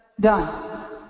Done